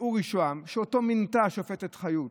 אורי שהם, שאותו מינתה השופטת חיות,